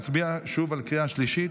נצביע שוב, בקריאה שלישית.